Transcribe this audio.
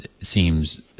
seems